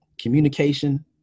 communication